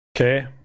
Okay